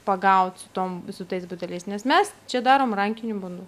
pagaut su tom su tais buteliais nes mes čia darom rankiniu būdu